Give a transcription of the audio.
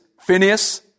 Phineas